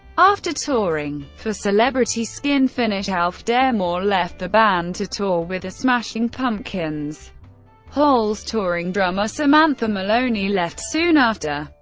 after touring for celebrity skin finished, auf der maur left the band to tour with the smashing pumpkins hole's touring drummer samantha maloney left soon after.